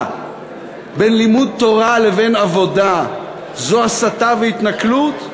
בין לימוד תורה לבין עבודה זה הסתה והתנכלות?